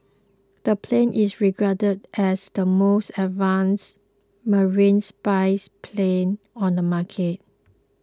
the plane is regarded as the most advanced marine spies plane on the market